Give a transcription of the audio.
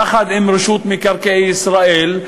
יחד עם רשות מקרקעי ישראל,